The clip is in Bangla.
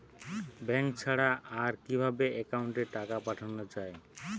ব্যাঙ্ক ছাড়া আর কিভাবে একাউন্টে টাকা পাঠানো য়ায়?